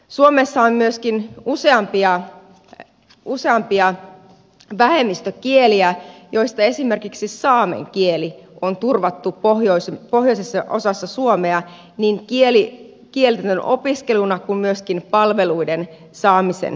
suomessa on myöskin useampia vähemmistökieliä joista esimerkiksi saamen kieli on turvattu pohjoisessa osassa suomea niin kielten opiskeluna kuin myöskin palveluiden saamisen puitteissa